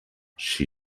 she